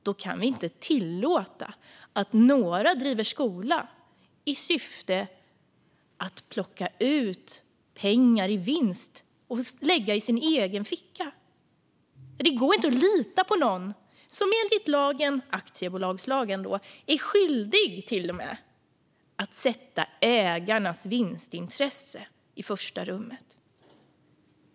Då kan vi inte tillåta att några driver skolor i syfte att plocka ut pengar i vinst och lägga den i sin egen ficka. Det går inte att lita på någon som enligt aktiebolagslagen till och med är skyldig att sätta ägarnas vinstintresse i första rummet.